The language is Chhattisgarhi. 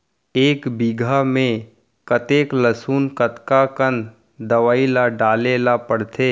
एक बीघा में कतेक लहसुन कतका कन दवई ल डाले ल पड़थे?